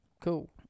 cool